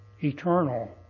eternal